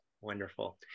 Wonderful